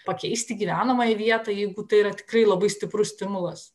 pakeisti gyvenamąją vietą jeigu tai yra tikrai labai stiprus stimulas